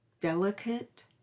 delicate